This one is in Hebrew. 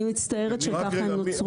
אני מצטערת שכך הם נוצרו.